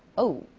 oh,